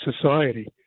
society